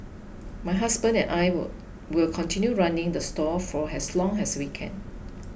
my husband and I will will continue running the stall for as long as we can